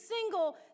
single